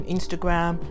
Instagram